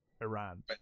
Iran